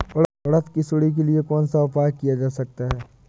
उड़द की सुंडी के लिए कौन सा उपाय किया जा सकता है?